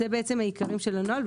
זה העיקרים של הנוהל.